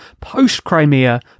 post-Crimea